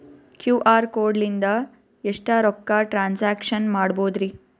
QR code ಲಿಂದ ಎಷ್ಟ ರೊಕ್ಕ ಟ್ರಾನ್ಸ್ಯಾಕ್ಷನ ಮಾಡ್ಬೋದ್ರಿ?